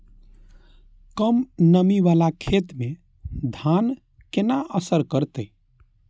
कम नमी वाला खेत में धान केना असर करते?